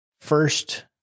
First